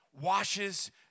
washes